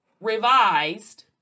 revised